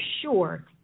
sure